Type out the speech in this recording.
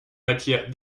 matière